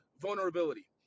vulnerability